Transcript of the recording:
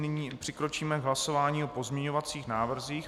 Nyní přikročíme k hlasování o pozměňovacích návrzích.